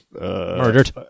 murdered